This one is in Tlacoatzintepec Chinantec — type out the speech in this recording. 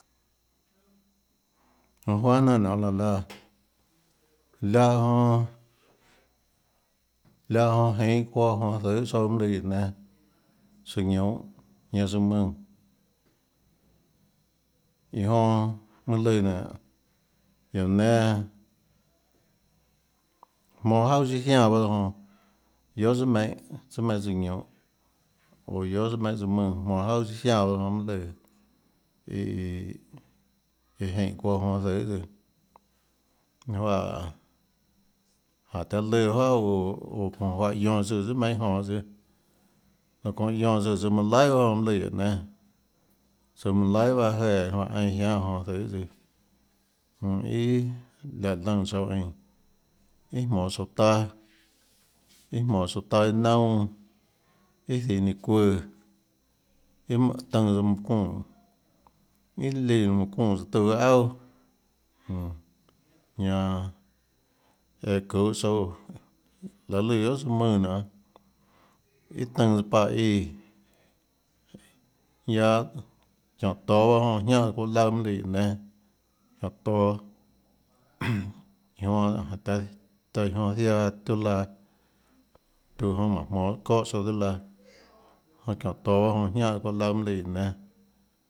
Jonã juanhà jnanà nionåà laã laã liáhã jonã liáhã jonã jeinhå çuoã jonå zøhê tsouã mønâ lùã guióå nénâ søã ñounhå ñanã søã mùnã iã jonã mønâ lùã nénå guióå nénâ jmonå juaà chiâ jiánã bahâ tsøã jonã guiohà tsùà meinhâ tsùà meinhâ tsøã ñounhå oå guiohà søã mùnãjmonå juaà chiâ jiánã bahâ tsøã jonã mønâ lùã iiiå jénhå jeinhå çuoã jonå zøhê tsøã ninâ juáhã jánhå taã lùã juáhà oå jonã juáhã iã guioã tsùà meinhâ jonå tsøã çounã mønã guionã tsùã tsøã manã laihà jonã mønâ lùã guióå nénâ søã manã laihà bahâ jéã ninã juáhã einã jiánâ jonå zøhê tsøã íà láhã lùnã tsouã eínã íà jmonå tsouã taâ íà jmonå tsouã taâ iâ naunà íà zihã nínã çuùã íà tønã tsøã manã çuunè íà líã manã çuunè tuã aâ auà jmm ñanã eã çuhå tsouã aê lùã guiohà tsøã mùnã nionê íà tønã tsøã páã íã ñanã çiónhå toå mønâ jiánhã çuuã laøã mønâ lùã guióå nénâ çiónhå toå iã jonã taã iã jonã ziaã tiuâ laã tiuâ jonã mánhå monã çóhã tsouã tiuâ laã ñanã çiónhå toå bahâ jonã jiánhã çuuã laøã ønâ lùã guióå nénâ.